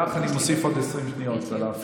לך אני מוסיף עוד 20 שניות על ההפרעה.